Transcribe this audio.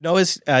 Noah's